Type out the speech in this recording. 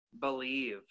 believe